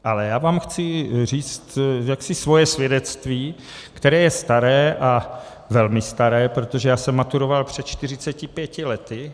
Ale já vám chci říct jaksi svoje svědectví, které je staré, a velmi staré, protože já jsem maturoval před 45 lety.